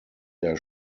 der